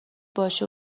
باشه